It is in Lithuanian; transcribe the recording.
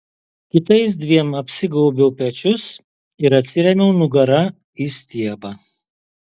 kitais dviem apsigaubiau pečius ir atsirėmiau nugara į stiebą